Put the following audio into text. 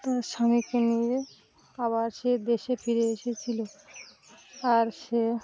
তার স্বামীকে নিয়ে আবার সে দেশে ফিরে এসেছিলো আর সে